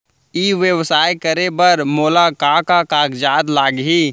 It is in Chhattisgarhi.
ई व्यवसाय करे बर मोला का का कागजात लागही?